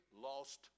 lost